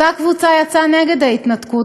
אותה קבוצה יצאה נגד ההתנתקות,